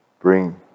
bring